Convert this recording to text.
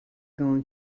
going